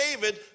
David